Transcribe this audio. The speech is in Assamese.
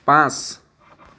পাঁচ